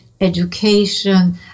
education